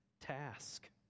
task